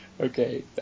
Okay